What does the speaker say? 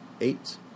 eight